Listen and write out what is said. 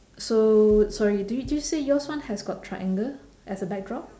so sorry do you just say yours one has got triangle as a backdrop